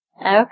Okay